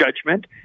judgment